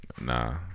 Nah